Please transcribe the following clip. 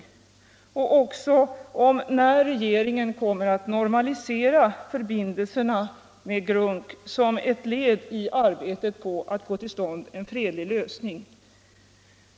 Jag vill också fråga när regeringen kommer att normalisera förbindelserna med GRUNC som ett led i arbetet på att få till stånd en fredlig lösning.